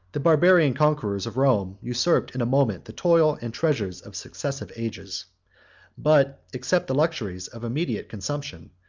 the barbarian conquerors of rome usurped in a moment the toil and treasure of successive ages but, except the luxuries of immediate consumption,